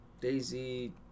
Daisy